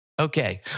Okay